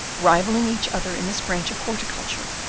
rivalling each other in this branch of horticulture,